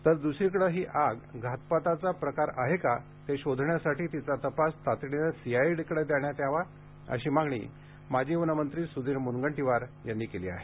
तर द्सरीकडे ही आग घातपाताचा प्रकार आहे का ते शोधण्यासाठी तिचा तपास तातडीने सीआयडीकडे देण्यात यावा अशी मागणी माजी वनमंत्री सुधीर मुनगंटीवार यांनी केली आहे